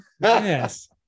Yes